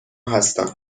هستم